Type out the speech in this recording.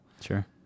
Sure